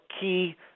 key